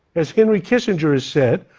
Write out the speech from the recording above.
as henry kissinger has said,